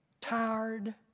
tired